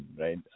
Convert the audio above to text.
right